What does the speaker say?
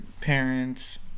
parents